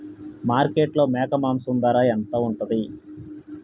మార్కెట్లో మేక మాంసం ధర ఎంత ఉంటది?